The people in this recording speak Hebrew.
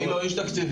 אני לא איש תקציבים.